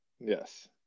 yes